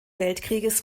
weltkrieges